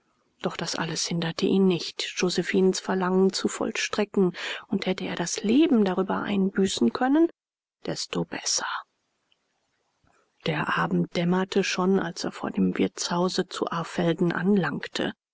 doch das alles hinderte ihn nicht josephinens verlangen zu vollstrecken und hätte er das leben darüber einbüßen können desto besser der abend dämmerte schon als er vor dem wirtshause zu arrfelden anlangte